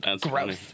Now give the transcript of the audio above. gross